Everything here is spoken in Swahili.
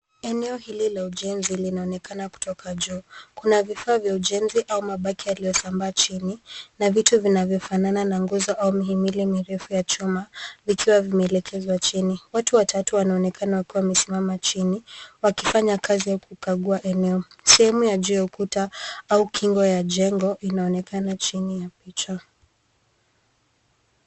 Eneo hili la ujenzi linaonekana kutoka juu. Kuna vifaa vya ujenzi au mabaki yaliyosambaa chini na vitu vinavyofanana na nguzo zu mihimili mirefu ya chuma vikiwa vimeelekezwa chini. Watu watatu wanaonekana wakiwa wamesimama chini wakifanya kazi au kukagua eneo. Sehemu ya nje ya ukuta au kingo ya jengo inaonekana chini ya picha.